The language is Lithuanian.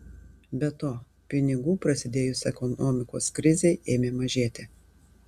be to pinigų prasidėjus ekonomikos krizei ėmė mažėti